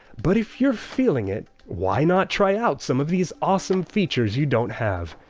but if you're feeling it why not try out some of these awesome features you don't have.